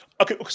Okay